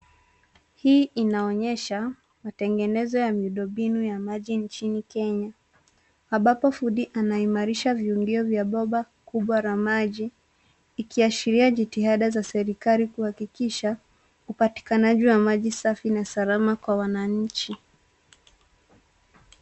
Hii inaonyesha matengenezo ya miundo mbinu ya maji nchini Kenya, ambapo fundi anaimarisha viundio vya bomba kubwa la maji, ikiashiria jitihada za serikali kuhakikisha, upatikanaji wa maji safi na salama kwa wananchi.